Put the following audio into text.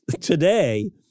today